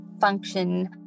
function